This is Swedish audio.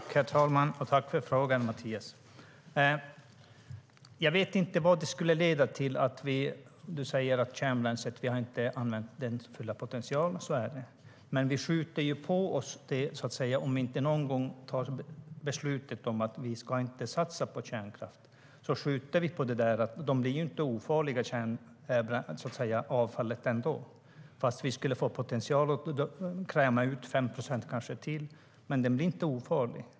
Herr talman! Jag tackar Mattias för frågan. Jag vet inte vad det här skulle leda till. Du säger att vi inte har använt kärnbränslets fulla potential, och så är det. Men vi skjuter ju upp detta om vi inte någon gång fattar beslut om att vi inte ska satsa på kärnkraft. Vi skjuter bara på det hela, för avfallet blir ändå inte ofarligt. Även om vi skulle få potential och kräma ut kanske 5 procent till blir det inte ofarligt.